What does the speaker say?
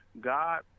God